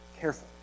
careful